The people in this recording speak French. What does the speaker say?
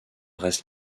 reste